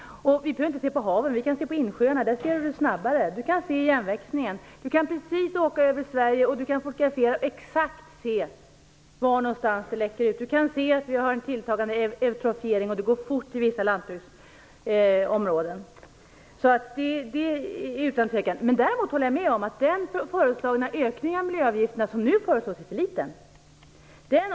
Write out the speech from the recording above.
Vi behöver inte se på haven. Vi kan se på insjöarna. Där ser man det snabbare. Man kan se hur det växer igen. Man kan åka över Sverige, fotografera och se exakt var någonstans det läcker ut. Man kan se att vi har en tilltagande eutrofiering, och det går fort i vissa lantbruksområden. Så är det utan tvekan. Däremot håller jag med om att den föreslagna ökning av miljöavgifterna är för liten.